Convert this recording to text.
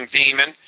demon